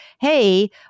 hey